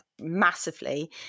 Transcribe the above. massively